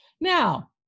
Now